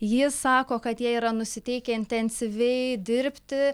jis sako kad jie yra nusiteikę intensyviai dirbti